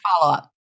follow-up